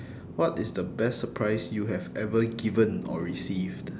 what is the best surprise you have ever given or received